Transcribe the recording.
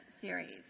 series